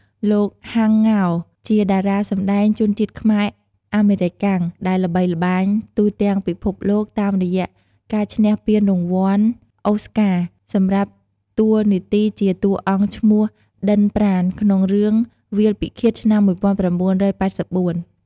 លោក ហាំង ង៉ោរ ជាតារាសម្តែងជនជាតិខ្មែរ-អាមេរិកាំង ដែលល្បីល្បាញទូទាំងពិភពលោកតាមរយៈការឈ្នះពានរង្វាន់អូស្ការ សម្រាប់តួនាទីជាតួអង្គឈ្មោះ ឌិត ប្រាណ ក្នុងរឿង "វាលពិឃាត"ឆ្នាំ ១៩៨៤។